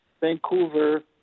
Vancouver